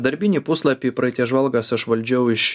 darbinį puslapį praeities žvalgas aš valdžiau iš